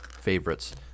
favorites